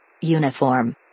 Uniform